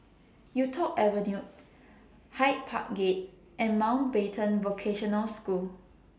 Yuk Tong Avenue Hyde Park Gate and Mountbatten Vocational School